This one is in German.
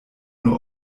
nur